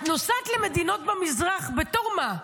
את נוסעת למדינות במזרח בתור מה?